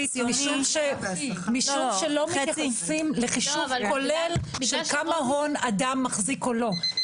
משום שלא מתייחסים לחישוב כולל של כמה הון אדם מחזיק או לא.